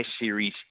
series